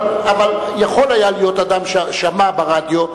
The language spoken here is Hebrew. אבל יכול היה להיות אדם ששמע ברדיו,